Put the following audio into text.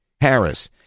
Harris